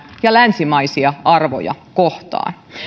ja länsimaisia arvoja kohtaan